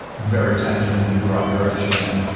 very tangibly in the right direction now.